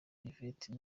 yvette